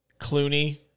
Clooney